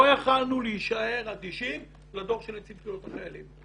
לא יכולנו להישאר אדישים לדוח של נציב קבילות החיילים.